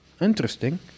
interesting